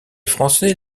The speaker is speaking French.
français